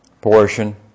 portion